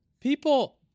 People